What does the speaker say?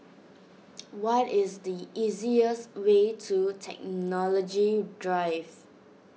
what is the easiest way to Technology Drive